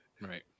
Right